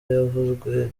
yavuzwe